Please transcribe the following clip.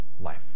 life